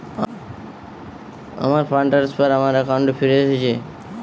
আমার fund transfer আমার অ্যাকাউন্টে ফিরে এসেছে